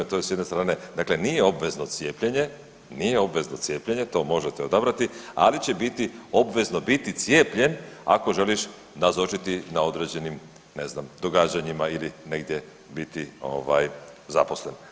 To je s jedne strane, dakle nije obvezno cijepljenje, nije obvezno cijepljenje, to možete odabrati, ali će biti obvezno biti cijepljen ako želiš nazočiti na određenim ne znam događanjima ili negdje biti ovaj zaposlen.